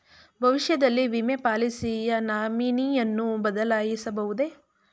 ಭವಿಷ್ಯದಲ್ಲಿ ವಿಮೆ ಪಾಲಿಸಿಯ ನಾಮಿನಿಯನ್ನು ಬದಲಾಯಿಸಬಹುದೇ?